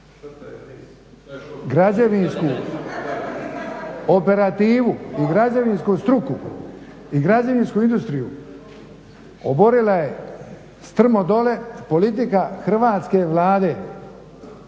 Građevinsku operativu i građevinsku struku i građevinsku industriju oborila je strmo dole politika Hrvatske vlade,